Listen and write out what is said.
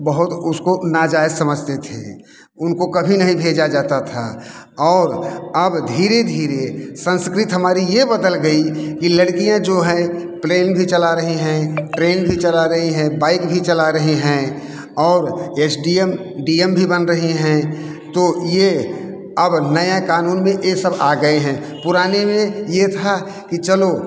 बहुत उसको नाजायज़ समझते थे उनको कभी नहीं भेजा जाता था और अब धीरे धीरे संस्कृत हमारी ये बदल गई कि लडकियाँ जो हैं प्लेन भी चला रही हैं ट्रेन भी चला रही हैं बाइक भी चला रही हैं और S D M D M भी बन रही हैं तो ये अब नए कानून में ये सब आ गए हैं पुराने में ये था कि चलो